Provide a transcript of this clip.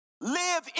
Live